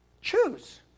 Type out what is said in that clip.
Choose